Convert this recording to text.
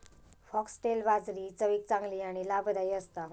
foxtail बाजरी चवीक चांगली आणि लाभदायी असता